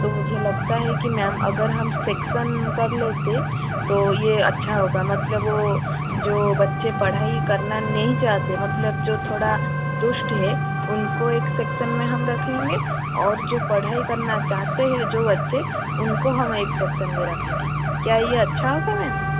तो मुझे लगता है कि मेम अगर हम सेक्सन कर लेते तो ये अच्छा होगा मतलब वो जो बच्चे पढ़ाई करना नहीं चाहते मतलब जो थोड़े दुष्ट हैं उनको एक सेक्सन में हम रखेंगे और जो पढ़ाई करना चाहते है जो बच्चे उनको हम एक सेक्सन में रखेंगे क्या ये अच्छा होगा मेम